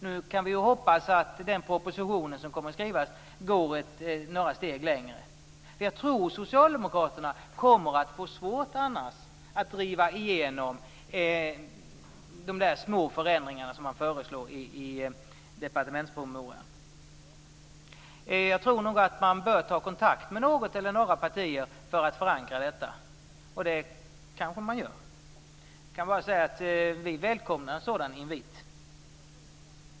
Vi kan hoppas att den proposition som kommer att skrivas går några steg längre. Jag tror annars att Socialdemokraterna kommer att få svårt att driva igenom de små förändringar som föreslås i departementspromemorian. Jag tror nog att man bör ta kontakt med något eller några partier för att förankra detta, och det gör man kanske. Vi välkomnar en sådan invit.